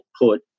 put